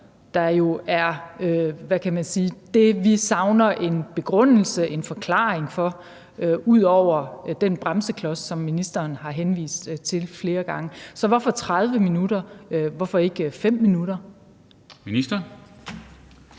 der jo er det, vi savner en begrundelse for eller forklaring på ud over den bremseklods, som ministeren har henvist til flere gange. Så hvorfor 30 minutter? Hvorfor ikke 5 minutter? Kl.